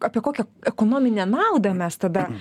apie kokią ekonominę naudą mes tada